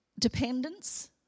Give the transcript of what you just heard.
Dependence